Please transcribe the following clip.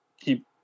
keep